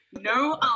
no